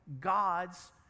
God's